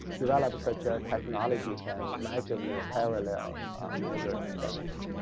develop such ah technology can massively parallel measuring things.